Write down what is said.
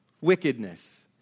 wickedness